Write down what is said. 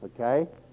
Okay